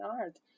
art